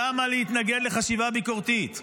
למה להתנגד לחשיבה ביקורתית,